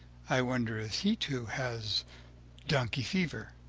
i wonder if he, too, has donkey fever?